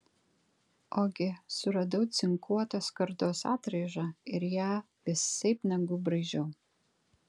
ogi suradau cinkuotos skardos atraižą ir ją visaip nagu braižiau